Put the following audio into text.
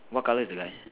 what colour is the guy